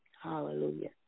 Hallelujah